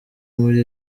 muri